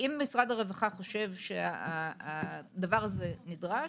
אם משרד הרווחה חושב שהדבר הזה נדרש,